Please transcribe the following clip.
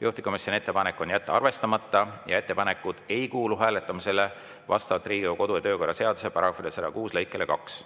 Juhtivkomisjoni ettepanek on jätta arvestamata ja ettepanekud ei kuulu hääletamisele vastavalt Riigikogu kodu‑ ja töökorra seaduse § 106 lõikele 2.